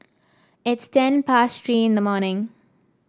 it's ten past Three in the morning